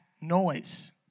noise